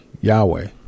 Yahweh